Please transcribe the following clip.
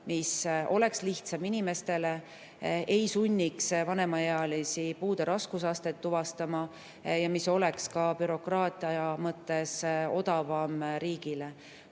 See oleks lihtsam inimestele, ei sunniks vanemaealisi puude raskusastet tuvastama ja oleks ka bürokraatia mõttes riigile